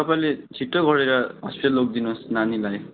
तपाईँले छिट्टो गरेर हस्पिटल लगिदिनुहोस् नानीलाई